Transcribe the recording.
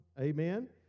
Amen